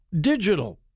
digital